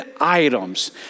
items